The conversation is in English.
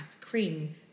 cream